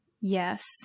Yes